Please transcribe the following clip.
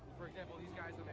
for example, these guys,